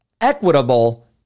equitable